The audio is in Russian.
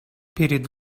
перед